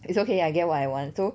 it's okay I get what I want so